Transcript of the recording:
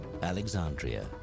Alexandria